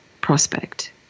prospect